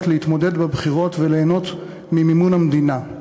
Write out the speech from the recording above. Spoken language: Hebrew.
להתמודד בבחירות וליהנות ממימון המדינה.